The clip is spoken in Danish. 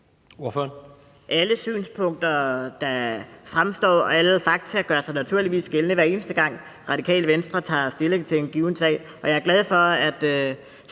Alle synspunkter, der kommer frem, og alle fakta gør sig naturligvis gældende, hver eneste gang Radikale Venstre tager stilling til en given sag. Jeg er glad for, at